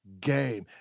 game